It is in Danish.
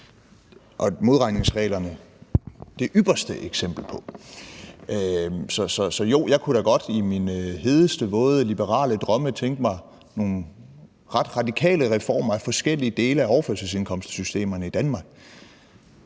og modregningsreglerne det ypperste eksempel på. Så jo, jeg kunne da godt i mine hedeste, våde liberale drømme tænke mig nogle ret radikale reformer af forskellige dele af overførselsindkomstsystemerne i Danmark,